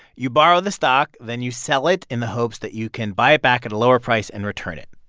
you borrow the stock, then you sell it in the hopes that you can buy it back at a lower price and return it.